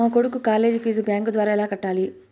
మా కొడుకు college fees bank ద్వారా ఎలా కట్టాలి?